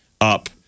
up